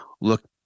look